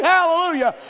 Hallelujah